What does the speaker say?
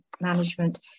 management